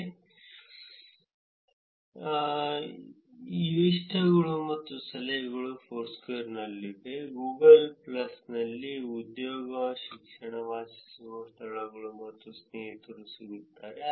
Twitter ನಲ್ಲಿ ಎಲ್ಲವನ್ನೂ geo tag ಮಾಡಿರುವುದರಿಂದ ನೀವು ಸ್ಪಷ್ಟವಾಗಿ ನೋಡಬಹುದು ಕೇವಲ ಒಂದು ಸಾಲು ಆದರೆ ಇನ್ನೊಂದರಲ್ಲಿ ಸ್ನೇಹಿತರು ಮೇಯರ್ಶಿಪ್ಗಳು ಇಷ್ಟಗಳು ಮತ್ತು ಸಲಹೆಗಳು ಫೋರ್ಸ್ಕ್ವೇರ್ನಲ್ಲಿವೆ ಗೂಗಲ್ ಪ್ಲಸ್ ನಲ್ಲಿ ಉದ್ಯೋಗ ಶಿಕ್ಷಣ ವಾಸಿಸುವ ಸ್ಥಳಗಳು ಮತ್ತು ಸ್ನೇಹಿತರು ಸಿಗುತ್ತಾರೆ